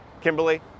Kimberly